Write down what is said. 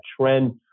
trend